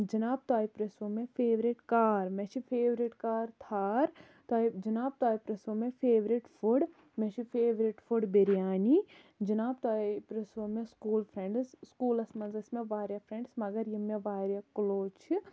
تۄہہِ جِناب تۄہہِ پرٕژھوٗ مےٚ فیورِٹ کار مےٚ چھِ فیورِٹ کار تھار تۄہہِ جِناب تۄہہِ پرٕژھوٗ مےٚ فیورِٹ فُڈ مےٚ چھ فیورِٹ فُڈ بِریانی جِناب تۄہہِ پرٕژھوٗ مےٚ سکوٗل فرنڈس سکوٗلَس مَنٛز ٲسۍ مےٚ واریاہ فرنڈس مگر یِم مےٚ کلوز چھِ